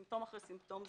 סימפטום אחר סימפטום עבר.